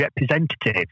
representative